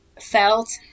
felt